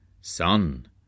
Son